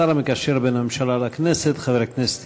השר המקשר בין הממשלה לכנסת חבר הכנסת